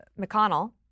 McConnell